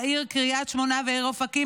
העיר קריית שמונה והעיר אופקים,